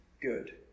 good